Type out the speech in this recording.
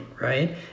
right